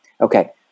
Okay